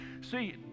see